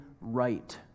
right